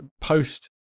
post